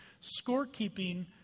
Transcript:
score-keeping